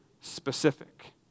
specific